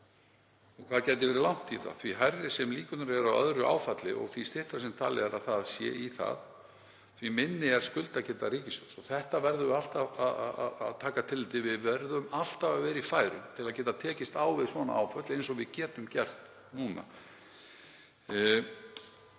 og hvað gæti verið langt í það. Því hærri sem líkurnar eru á öðru áfalli og því styttra sem talið er að það sé í það, því minni er skuldageta ríkissjóðs. Þessa verðum við alltaf að taka tillit til. Við verðum alltaf að vera í færum til að geta tekist á við svona áföll eins og við getum gert núna.